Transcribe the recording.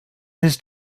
his